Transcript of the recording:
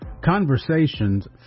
Conversations